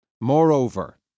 Moreover